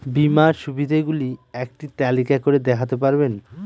বীমার সুবিধে গুলি একটি তালিকা করে দেখাতে পারবেন?